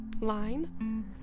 line